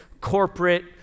corporate